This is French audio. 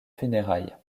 funérailles